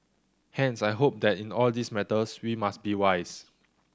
hence I hope that in all these matters we must be wise